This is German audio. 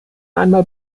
einmal